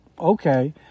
okay